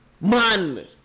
man